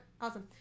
Awesome